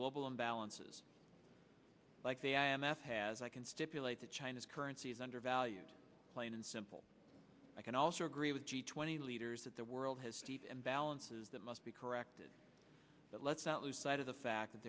global imbalances like the i m f has i can stipulate that china's currency is undervalued plain and simple i can also agree with g twenty leaders that the world has teeth and balances that must be corrected but let's not sight of the fact that